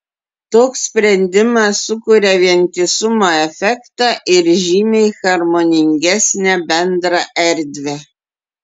toks sprendimas sukuria vientisumo efektą ir žymiai harmoningesnę bendrą erdvę